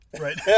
Right